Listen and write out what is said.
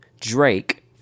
Drake